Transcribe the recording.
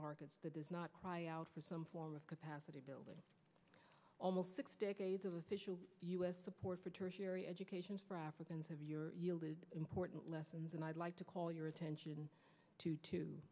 markets that does not cry out for some form of capacity building almost six decades of official u s support for tertiary education africans have your important lessons and i'd like to call your attention to t